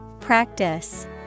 Practice